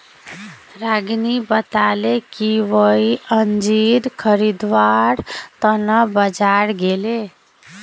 रागिनी बताले कि वई अंजीर खरीदवार त न बाजार गेले